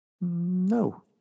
No